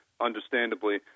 understandably